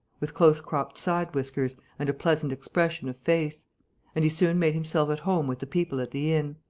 with close-cropped side-whiskers and a pleasant expression of face and he soon made himself at home with the people at the inn.